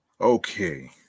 Okay